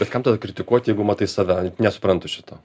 bet kam tada kritikuot jeigu matai save nesuprantu šito